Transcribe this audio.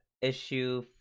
issue